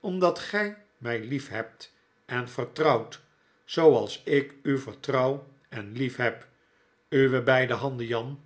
omdat gij my liefhebt en vertrouwt zooals ik u vertrouw en lief heb uwe beide handen jan